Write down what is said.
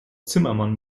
zimmermann